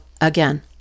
again